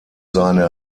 seine